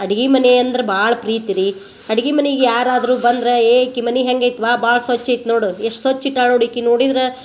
ಅಡ್ಗಿ ಮನೆಯಂದ್ರೆ ಭಾಳ ಪ್ರೀತಿ ರೀ ಅಡ್ಗಿ ಮನಿಗೆ ಯಾರಾದರು ಬಂದ್ರೆ ಏಯ್ಕಿ ಮನೆ ಹೆಂಗೆ ಭಾಳ ಸ್ವಚ್ಛ ಇತ್ತು ನೋಡು ಎಷ್ಟು ಸ್ವಚ್ಛ ಇಟ್ಟಾಳ ನೋಡು ಈಕಿ ನೋಡಿದ್ರೆ